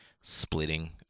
splitting